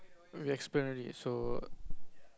we explain already so